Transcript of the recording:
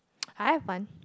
I have one